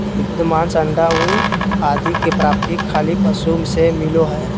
दूध, मांस, अण्डा, ऊन आदि के प्राप्ति खली पशु से मिलो हइ